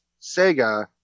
Sega